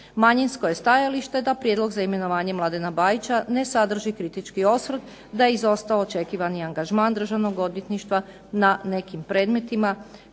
Manjinsko je stajalište da prijedlog za imenovanje Mladena Bajića ne sadrži kritički osvrt. Da je izostao očekivani angažman državnog odvjetništva na nekim predmetima